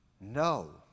No